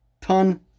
ton